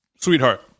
Sweetheart